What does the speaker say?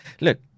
Look